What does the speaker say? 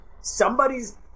somebody's